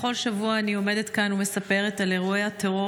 בכל שבוע אני עומדת כאן ומספרת על אירועי הטרור